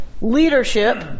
leadership